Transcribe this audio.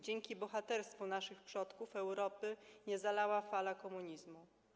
Dzięki bohaterstwu naszych przodków Europy nie zalała fala komunizmu.